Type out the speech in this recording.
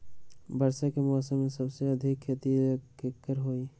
वर्षा के मौसम में सबसे अधिक खेती केकर होई?